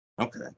Okay